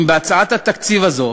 אם בהצעת התקציב הזאת